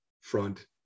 front